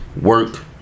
work